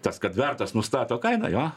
tas kad vertas nustato kainą jo